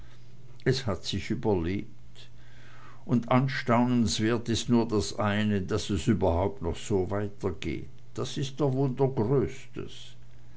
es hat sich überlebt und anstaunenswert ist nur das eine daß es überhaupt noch so weitergeht das ist der wunder größtes